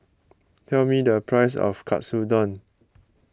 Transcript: tell me the price of Katsudon